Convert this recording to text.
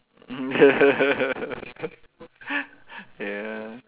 ya